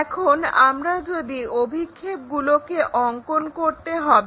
এখন আমরা যদি অভিক্ষেপগুলোকে অঙ্কন করতে হবে